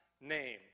name